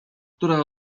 która